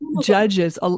judges